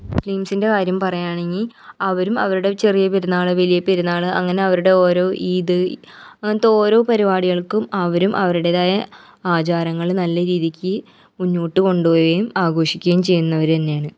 മുസ്ലിംസിൻ്റെ കാര്യം പറയാണെങ്കിൽ അവരും അവരുടെ ചെറിയ പെരുന്നാൾ വലിയ പെരുന്നാൾ അങ്ങനെ അവരുടോരോ ഈദ് അങ്ങനത്തെ ഓരോ പരിപാടികൾക്കും അവരും അവരുടെതായ ആചാരങ്ങൾ നല്ല രീതിക്ക് മുന്നോട്ട് കൊണ്ട് പോവേം ആഘോഷിക്ക്യേം ചെയ്യുന്നവരന്നെയാണ്